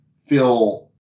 feel